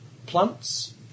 Plants